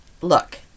Look